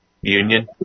Union